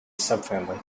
subfamily